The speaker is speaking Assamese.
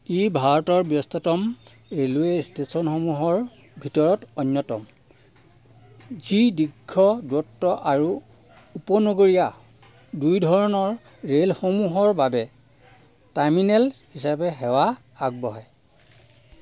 ই ভাৰতৰ ব্যস্ততম ৰে'লৱে' ষ্টেচনসমূহৰ ভিতৰত অন্যতম যি দীৰ্ঘ দূৰত্ব আৰু উপনগৰীয়া দুয়োধৰণৰ ৰে'লসমূহৰ বাবে টাৰ্মিনেল হিচাপে সেৱা আগবঢ়াই